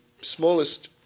smallest